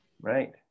Right